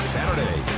Saturday